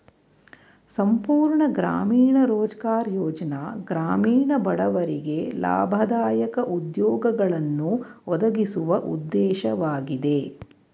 ಸಂಪೂರ್ಣ ಗ್ರಾಮೀಣ ರೋಜ್ಗಾರ್ ಯೋಜ್ನ ಗ್ರಾಮೀಣ ಬಡವರಿಗೆ ಲಾಭದಾಯಕ ಉದ್ಯೋಗಗಳನ್ನು ಒದಗಿಸುವ ಉದ್ದೇಶವಾಗಿದೆ